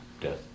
death